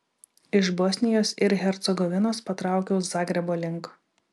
iš bosnijos ir hercegovinos patraukiau zagrebo link